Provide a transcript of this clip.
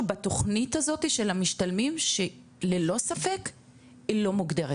בתוכנית הזאתי של המשתלמים שללא ספק היא לא מוגדרת